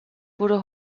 wurde